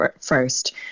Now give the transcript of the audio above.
first